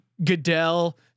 Goodell